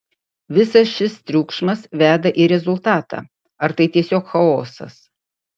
visas šis triukšmas veda į rezultatą ar tai tiesiog chaosas